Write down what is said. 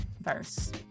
verse